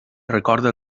recorda